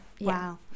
Wow